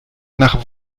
nach